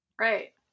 Right